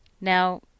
Now